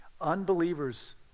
Unbelievers